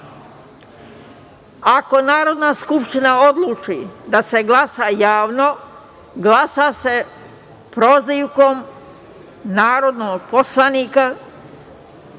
Narodna skupština odluči da se glasa javno, glasa se prozivkom narodnih poslanika